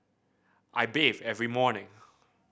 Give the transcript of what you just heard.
I bathe every morning